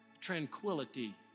tranquility